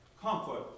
comfort